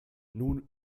nun